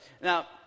Now